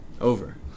Over